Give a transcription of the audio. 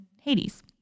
Hades